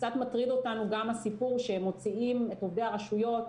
קצת מטריד אותנו שמוציאים את עובדי הרשויות